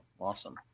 awesome